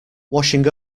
washing